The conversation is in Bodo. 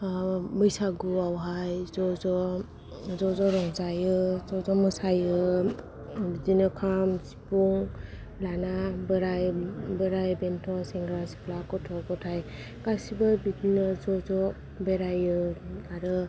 बैसागु आवहाय ज' ज' रंजायो ज' ज' मोसायो बिदिनो खाम सिफुं लाना बोराय बोराय बेन्थ' सेंग्रा सिख्ला गथ' गथाय गासैबो बिदिनो ज'ज' बेरायो आरो